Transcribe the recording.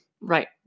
Right